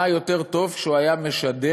מה יותר טוב שהוא היה משדר